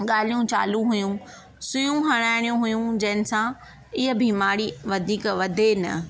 ॻाल्हियूं चालू हुयूं सुइयूं हड़ाईणियूं हुयूं जंहिंसां हीअ बीमारी वधीक वधे न